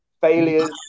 failures